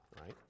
right